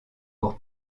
pour